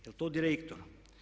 Je li to direktor?